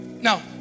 now